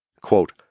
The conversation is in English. quote